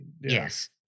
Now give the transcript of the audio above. yes